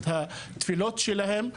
את התפילות שלהם.